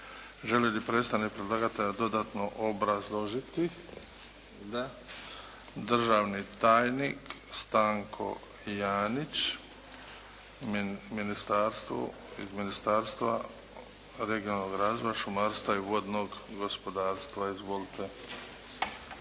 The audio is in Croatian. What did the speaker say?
Želi li predstavnik predlagatelja dodatno obrazložiti? Da. Državni tajnik Stanko Janić, iz Ministarstva regionalnog razvoja, šumarstva i vodnog gospodarstva. Izvolite.